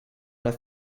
have